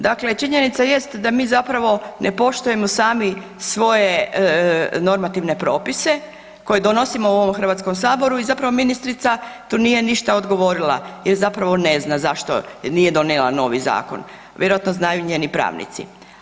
Dakle, činjenica jest da mi zapravo ne poštujemo sami svoje normativne propise koje donosimo u ovom HS i zapravo ministrica tu nije ništa odgovorila jer zapravo ne zna zašto nije donijela novi zakon, vjerojatno znaju njeni pravnici.